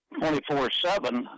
24-7